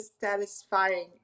satisfying